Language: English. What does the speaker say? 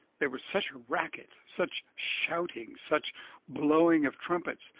there was such a racket, such shouting, such blowing of trumpets,